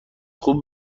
خوب